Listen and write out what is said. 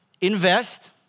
invest